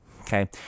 Okay